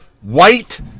white